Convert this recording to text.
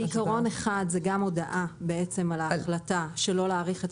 עקרון אחד הוא גם הודעה על ההחלטה שלא להאריך את